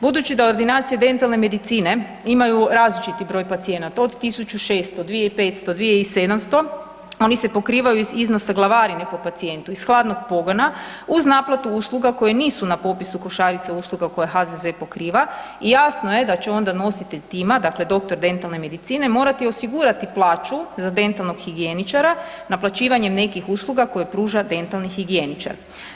Budući da ordinacije dentalne medicine imaju različiti broj pacijenata od 1600, 2500, 2700 oni se pokrivaju iz iznosa glavarine po pacijentu, iz hladnog pogona uz naplatu usluga koje nisu na popisu košarice usluga koje HZZO pokriva i jasno je da će onda nositelj tima dakle doktor dentalne medicine morati osigurati plaću za dentalnog higijeničara naplaćivanjem nekih usluga koje pruža dentalni higijeničar.